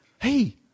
Hey